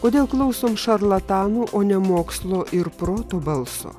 kodėl klausom šarlatanų o ne mokslo ir proto balso